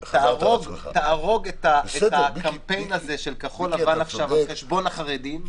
תהרוג את הקמפיין של כחול לבן על חשבון החרדים.